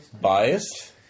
biased